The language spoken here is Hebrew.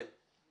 כן.